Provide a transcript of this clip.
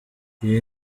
iyi